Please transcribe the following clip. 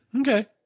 okay